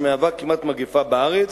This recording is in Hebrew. שהיא כמעט מגפה בארץ.